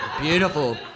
Beautiful